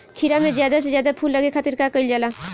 खीरा मे ज्यादा से ज्यादा फूल लगे खातीर का कईल जाला?